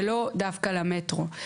ולא דווקא למטרו.